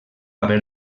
haver